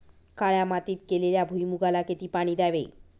काळ्या मातीत केलेल्या भुईमूगाला किती पाणी द्यावे?